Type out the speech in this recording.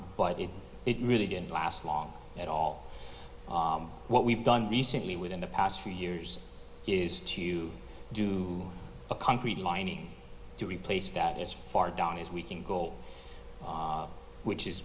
but it it really didn't last long at all what we've done recently within the past few years is to do a concrete lining to replace that as far down as we can goal which is